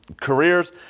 careers